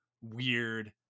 weird